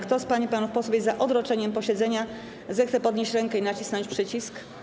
Kto z pań i panów posłów jest za odroczeniem posiedzenia, zechce podnieść rękę i nacisnąć przycisk.